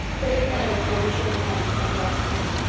for the candidates will be sure to come and spend lots of money.